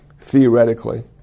theoretically